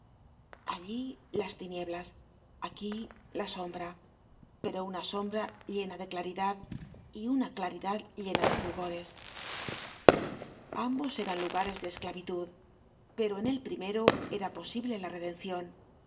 allí las tinieblas aquí la sombra pero una sombra llena de claridad y una claridad llena de fulgores ambos eran lugares de esclavitud pero en el primero era posible la redencion